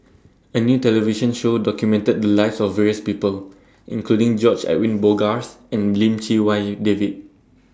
A New television Show documented The Lives of various People including George Edwin Bogaars and Lim Chee Wai David